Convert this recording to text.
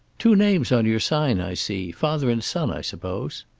two names on your sign, i see. father and son, i suppose?